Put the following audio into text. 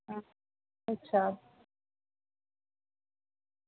हां अच्छा